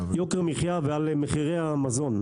יוקר מחיה ועל מחירי המזון,